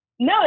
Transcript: No